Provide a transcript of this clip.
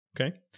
Okay